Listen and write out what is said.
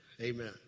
Amen